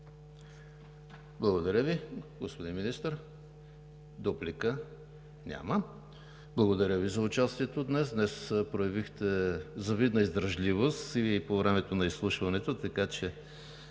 Благодаря Ви. Господин Министър, дуплика? Няма. Благодаря Ви за участието. Днес проявихте завидна издръжливост и по време на изслушването, така че